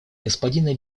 господина